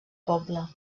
poble